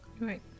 right